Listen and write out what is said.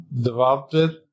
developed